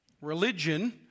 Religion